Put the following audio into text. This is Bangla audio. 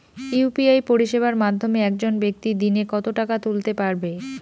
ইউ.পি.আই পরিষেবার মাধ্যমে একজন ব্যাক্তি দিনে কত টাকা তুলতে পারবে?